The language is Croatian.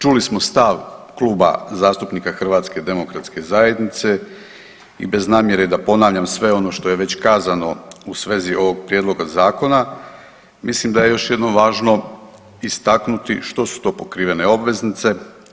Čuli smo stav Kluba zastupnika HDZ-a i bez namjere da ponavljam sve ono što je već kazano u svezi ovoga Prijedloga zakona, mislim da je još jednom važno istaknuti što su to pokrivene obveznice.